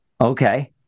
Okay